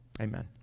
amen